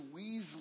Weasley